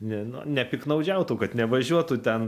ne nu nepiktnaudžiautų kad nevažiuotų ten